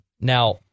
Now